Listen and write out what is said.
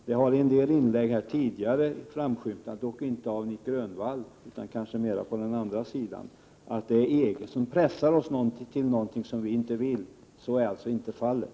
Det har i en del inlägg tidigare framskymtat, dock inte från Nic Grönvall utan kanske mera från den andra sidan, att EG skulle pressa oss till något som vi inte önskar. Så är alltså inte fallet.